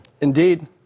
Indeed